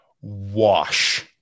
wash